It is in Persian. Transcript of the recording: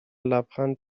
لبخند